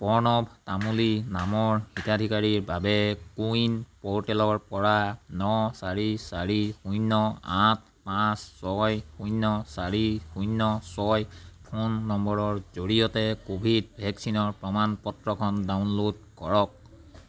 প্ৰণৱ তামুলী নামৰ হিতাধিকাৰীৰ বাবে কোইন প'ৰ্টেলৰ পৰা ন চাৰি চাৰি শূন্য আঠ পাঁচ ছয় শূন্য চাৰি শূন্য ছয় ফোন নম্বৰৰ জৰিয়তে ক'ভিড ভেকচিনৰ প্ৰমাণ পত্ৰখন ডাউনলোড কৰক